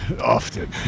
often